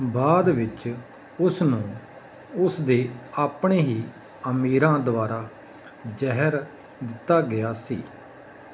ਬਾਅਦ ਵਿੱਚ ਉਸ ਨੂੰ ਉਸ ਦੇ ਆਪਣੇ ਹੀ ਅਮੀਰਾਂ ਦੁਆਰਾ ਜ਼ਹਿਰ ਦਿੱਤਾ ਗਿਆ ਸੀ